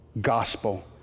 gospel